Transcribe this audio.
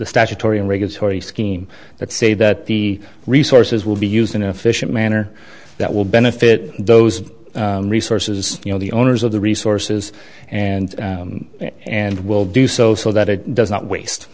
statutory and regulatory scheme that say that the resources will be used in an efficient manner that will benefit those resources you know the owners of the resources and and will do so so that it does not waste